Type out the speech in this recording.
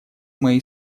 мои